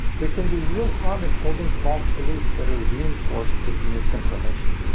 there can be real harm in holding false beliefs that are reinforced with misinformation.